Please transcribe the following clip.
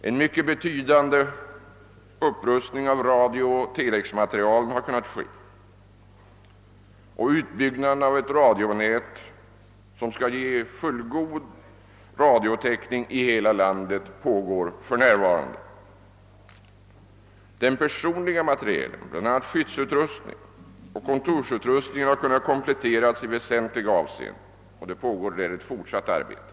En mycket betydande upprustning av radiooch telexmaterielen har även kunnat ske, och utbyggnaden av ett radionät, som skall ge fullgod radiotäckning av hela landet, pågår för närvarande. Den personliga materielen i form av skyddsutrustning och kontorsutrustning har kompletterats i väsentliga avseenden, och det pågår därvidlag ett fortsatt arbete.